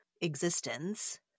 existence